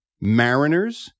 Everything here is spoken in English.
mariners